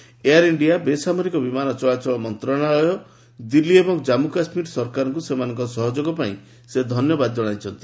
ସେ ଏୟାର ଇଣ୍ଡିଆ ବେସାମରିକ ବିମାନ ଚଳାଚଳ ମନ୍ତ୍ରଣାଳୟ ଦିଲ୍ଲୀ ଏବଂ ଜାନ୍ମୁ କାଶ୍ମୀର ସରକାରଙ୍କୁ ସେମାନଙ୍କ ସହଯୋଗ ପାଇଁ ଧନ୍ୟବାଦ ଜଣାଇଛନ୍ତି